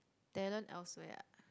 talent else where ah